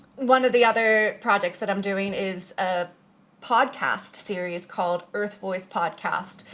one of the other projects that i'm doing is a podcast series called, earth voice podcast,